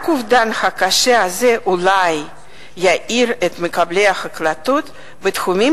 רק האובדן הקשה הזה אולי יעיר את מקבלי ההחלטות בתחומים